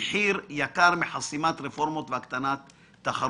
מחיר יקר בחסימת רפורמות והקטנת תחרות.